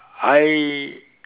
I